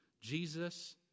Jesus